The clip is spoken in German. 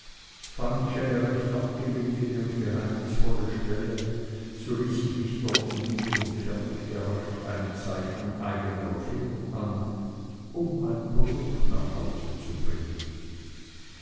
fand ich eine recht abgelegene und geheimnisvolle stelle so ließ ich mich dort nieder und fertigte rasch eine zeichnung eigener erfindung an um ein produkt nach hause zu bringen